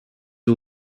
all